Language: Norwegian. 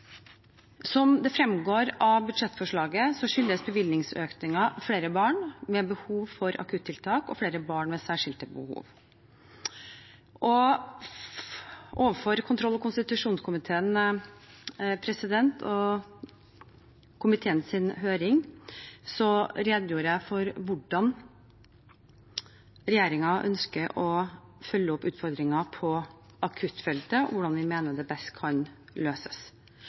Som det fremgår av budsjettforslaget, skyldes bevilgningsøkningen flere barn med behov for akuttiltak og flere barn med særskilte behov. Overfor kontroll- og konstitusjonskomiteen og i komiteens høring redegjorde jeg for hvordan regjeringen ønsker å følge opp utfordringer på akuttfeltet, og hvordan vi mener de best kan løses.